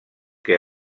que